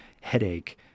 headache